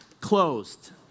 closed